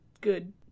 good